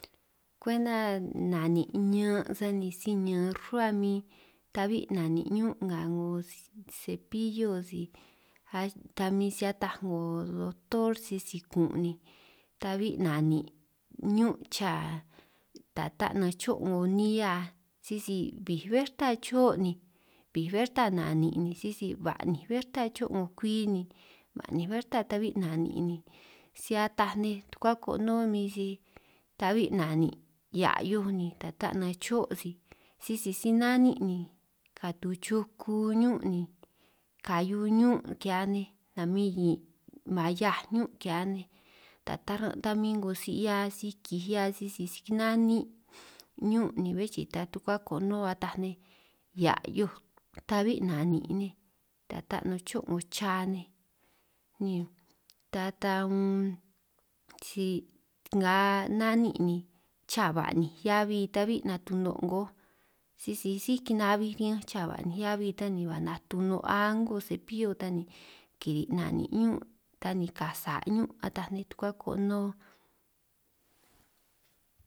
Kwenta na'nin' ñan' sani si ñaan rruhua min ta'bi' na'nin' ñun' nga 'ngo sepillo si ta min si ataj 'ngo doctor sisi kun' ni, ta'bi' na'nin' ñun' chaa ta ta nanj cho' 'ngo nihia sisi bbij berta cho' ni bbij berta na'nin' ni sisi ba'ninj berta cho' 'ngo kwi ba'ninj berta ta'bi na'nin' ni, si ataj nej tukua konoo' min si ta'bi na'nin' hiaj a'hioj ni tata nanj cho' sisi si na'nin' ni katu chuku ñun' ni, kahiu ñun' ki'hia ni namin mahiaj ñun' ki'hia ni, ta taran' ta min 'ngo si hia si kihia sisi si kina'nin' ñun' ni bé chii ta tukua konoo ataj nej, hiaj a'hioj ta'bi na'nin' nej ta ta nanj cho' 'ngo cha nej ta ta unn si nga na'nin' ni, chaa ba'ninj heabi ta'bi natuno' 'ngoj sisi síj kinabij riñanj chaa ba'ninj heabi tan ni, ni ba natuno' a'ngo sepillo ta ni kiri' na'nin' ñun' ta ni ka sa' ñun' ataj nej tukua konoo.